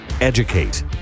educate